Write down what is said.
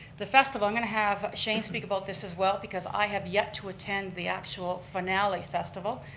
the festival, i'm going to have shane speak about this as well because i have yet to attend the actual finale festival,